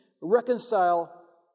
reconcile